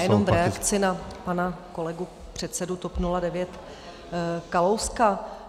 Jenom v reakci na pana kolegu předsedu TOP 09 Kalouska.